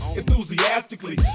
enthusiastically